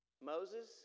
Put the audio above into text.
Moses